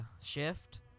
shift